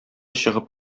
чыгып